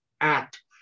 act